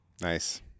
nice